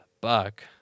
buck